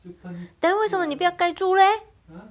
then 为什么你不要盖住 leh